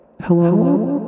Hello